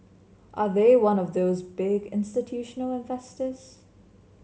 and they one of those big institutional investors